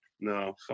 No